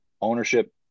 ownership